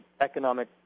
economic